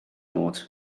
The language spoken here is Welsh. oed